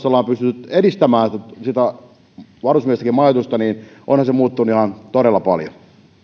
ollaan pystytty edistämään sitä varusmiesten majoitusta niin onhan se muuttunut ihan todella paljon